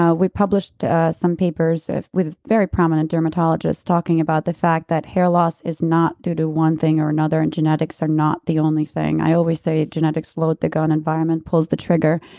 ah we published some papers with with very prominent dermatologists talking about the fact that hair loss is not due to one thing or another and genetics are not the only thing. i always say genetics load the gun, environment pulls the trigger.